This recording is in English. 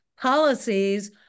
policies